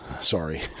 sorry